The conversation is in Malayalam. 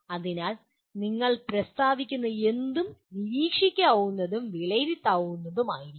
അതിനാൽ നിങ്ങൾ പ്രസ്താവിക്കുന്ന എന്തും നിരീക്ഷിക്കാവുന്നതും വിലയിരുത്താവുന്നതുമായിരിക്കണം